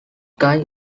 guy